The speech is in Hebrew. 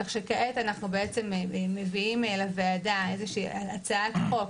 כך שכעת אנחנו מביאים לוועדה הצעת חוק,